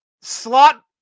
slot